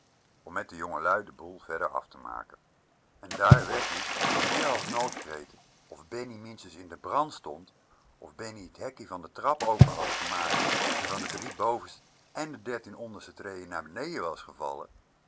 om met de jongelui de boel verder af te maken en daar werd ie door meer as noodkreten of minstens bennie in brand stond of bennie t hekkie van de trap open had gemaakt en van de drie bovenste en de dertien onderste